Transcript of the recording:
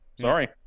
Sorry